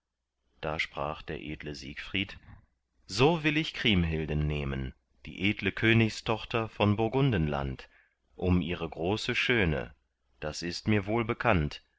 da sprach der edle siegfried so will ich kriemhilden nehmen die edle königstochter von burgundenland um ihre große schöne das ist mir wohl bekannt